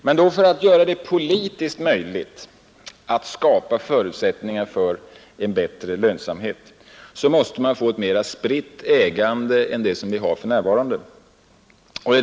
Men för att göra det politiskt möjligt att skapa förutsättningar för en bättre lönsamhet måste vi få ett mera spritt ägande än det vi har för närvarande.